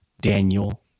Daniel